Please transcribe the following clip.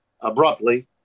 abruptly